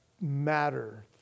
matter